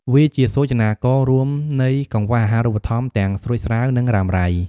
វាជាសូចនាកររួមនៃកង្វះអាហារូបត្ថម្ភទាំងស្រួចស្រាវ និងរ៉ាំរ៉ៃ។